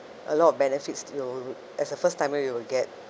a lot of benefits you will as a first timer you will get